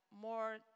more